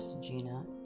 Gina